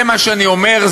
זה מה שאני אומר,